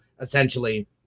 essentially